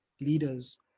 leaders